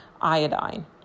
iodine